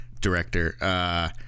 director